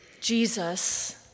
Jesus